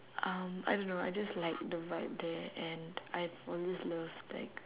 um I don't know I just like the vibe there and I've always loved like